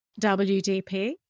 WDP